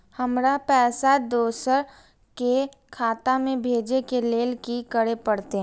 हमरा पैसा दोसर के खाता में भेजे के लेल की करे परते?